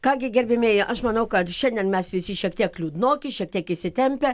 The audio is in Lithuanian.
ką gi gerbiamieji aš manau kad šiandien mes visi šiek tiek liūdnoki šiek tiek įsitempę